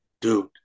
Dude